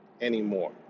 Anymore